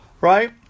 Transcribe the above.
Right